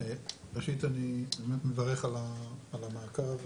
ראשית, אני באמת מברך על המעקב.